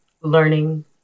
learning